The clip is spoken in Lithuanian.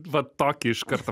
va tokį iš karto